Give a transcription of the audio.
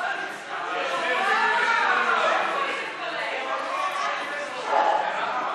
התשע"ח 2018, לוועדת המדע והטכנולוגיה נתקבלה.